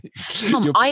Tom